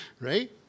right